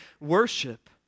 worship